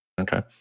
okay